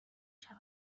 شود